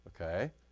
Okay